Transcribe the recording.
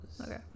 okay